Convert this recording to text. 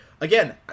Again